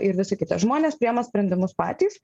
ir visa kita žmonės priima sprendimus patys